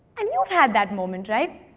and you've had that moment, right?